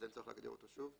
אז אין צורך להגדיר אותו שוב.